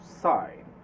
sign